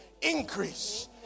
increase